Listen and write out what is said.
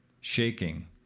shaking